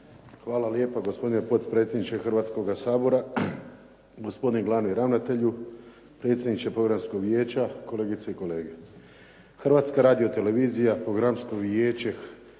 Hvala lijepa gospodine potpredsjedniče Hrvatskoga sabora, gospodin glavni ravnatelju, predsjedniče Programskog vijeća, kolegice i kolege. Hrvatska radiotelevizija, Programsko vijeće